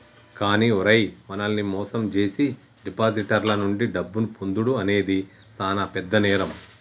కానీ ఓరై మనల్ని మోసం జేసీ డిపాజిటర్ల నుండి డబ్బును పొందుడు అనేది సాన పెద్ద నేరం